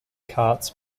carts